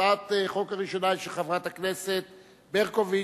הצעת החוק הראשונה היא של חברת הכנסת ברקוביץ,